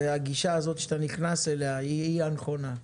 הגישה שאיתה אתה נכנס היא הנכונה.